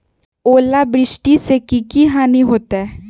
ओलावृष्टि से की की हानि होतै?